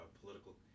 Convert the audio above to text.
political